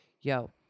yo